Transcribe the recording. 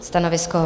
Stanovisko?